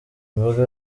mbaga